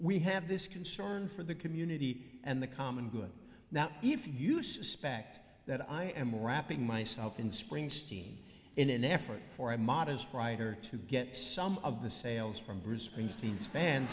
we have this concern for the community and the common good now if you suspect that i am wrapping myself in springsteen in an effort for a modest writer to get some of the sales from bruce springsteen